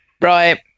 Right